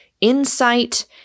insight